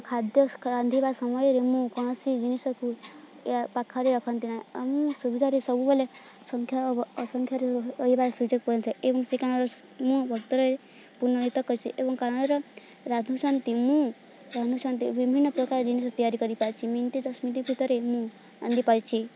ଖାଦ୍ୟ ରାନ୍ଧିବା ସମୟରେ ମୁଁ କୌଣସି ଜିନିଷକୁ ପାଖରେ ରଖନ୍ତି ନାହିଁ ମୁଁ ସୁବିଧାରେ ସବୁବେଲେ ସଂଖ୍ୟା ଅ ସଂଖ୍ୟାରେ ରହିବାରେ ସୁଯୋଗ ପଇଥାଏ ଏବଂ ସେ କାଣର ମୁଁ ବତରେ ପୁନଣଣିତ କରିଛି ଏବଂ କାଣର ରାନ୍ଧୁ ଶାନ୍ତି ମୁଁ ରାନ୍ଧୁ ଶାନ୍ତି ବିଭିନ୍ନ ପ୍ରକାର ଜିନିଷ ତିଆରି କରିପାରିଛି ମିନିଟ ଦଶ ମିନିଟ ଭିତରେ ମୁଁ ରାନ୍ଧିପାରିଛି